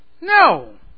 No